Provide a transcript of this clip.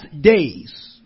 days